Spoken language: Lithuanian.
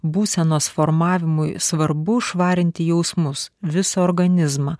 būsenos formavimui svarbu švarinti jausmus visą organizmą